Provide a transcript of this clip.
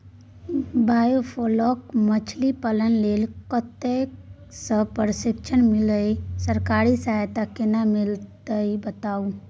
Biofloc मछलीपालन लेल कतय स प्रशिक्षण मिलत आ सरकारी सहायता केना मिलत बताबू?